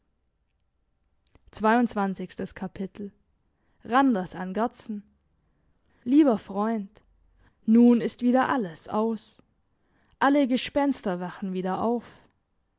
randers an gerdsen lieber freund nun ist wieder alles aus alle gespenster wachen wieder auf